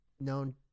known